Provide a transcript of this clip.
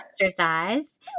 exercise